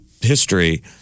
history